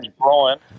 Brian